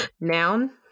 Noun